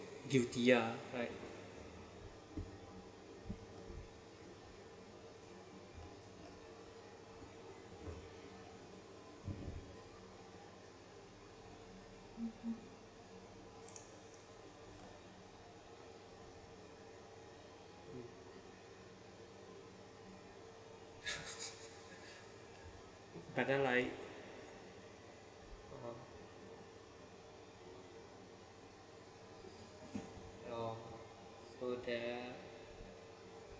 guilty ah right but then like ya so that